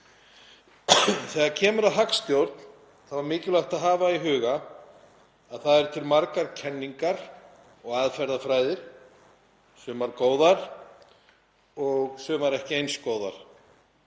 Þegar kemur að hagstjórn þá er mikilvægt að hafa í huga að það eru til margar kenningar og aðferðafræði, sumt er gott og annað ekki eins gott.